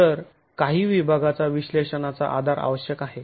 तर काही विभागाचा विश्लेषणाचा आधार आवश्यक आहे